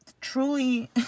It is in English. truly